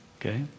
Okay